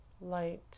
light